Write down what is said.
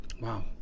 Wow